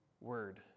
word